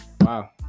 Wow